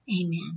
Amen